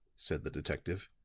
said the detective.